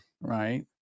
right